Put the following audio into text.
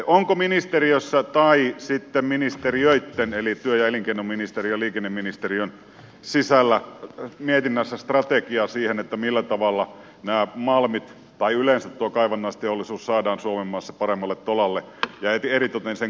onko ministeriössä tai sitten ministeriöitten eli työ ja elinkeinoministeriön ja liikenneministeriön mietinnässä strategiaa siihen millä tavalla malmit tai yleensä kaivannaisteollisuus saadaan suomen maassa paremmalle tolalle ja eritoten sen kuljetukset